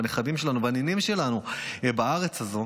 הנכדים שלנו והנינים שלנו בארץ הזו,